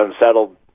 unsettled